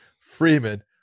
Freeman